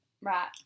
Right